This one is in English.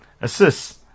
Assists